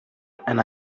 and